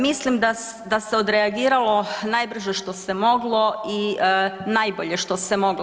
Mislim da se odreagiralo najbrže što se moglo i najbolje što se moglo.